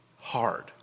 hard